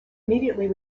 immediately